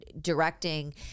directing